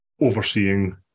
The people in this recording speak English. overseeing